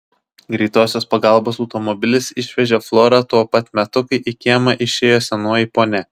greitosios pagalbos automobilis išvežė florą tuo pat metu kai į kiemą išėjo senoji ponia